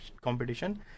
competition